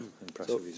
Impressive